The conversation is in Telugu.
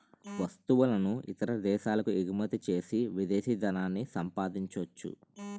వస్తువులను ఇతర దేశాలకు ఎగుమచ్చేసి విదేశీ ధనాన్ని సంపాదించొచ్చు